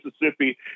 Mississippi